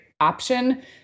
option